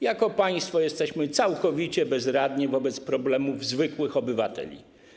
Jako państwo jesteśmy całkowicie bezradni wobec problemów zwykłych obywateli.